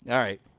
all right.